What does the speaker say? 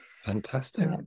Fantastic